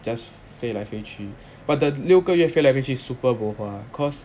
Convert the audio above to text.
just 飞来飞去 but the 六个月飞来飞去 is super bohua cause